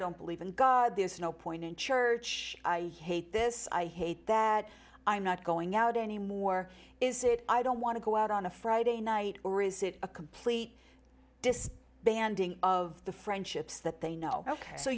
don't believe in god there's no point in church i hate this i hate that i'm not going out anymore is it i don't want to go out on a friday night or is it a complete despair banding of the friendships that they know ok so